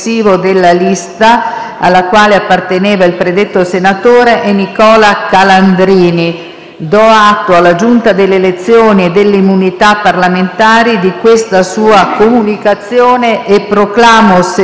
Do atto alla Giunta delle elezioni e delle immunità parlamentari di questa sua comunicazione e proclamo senatore Nicola Calandrini.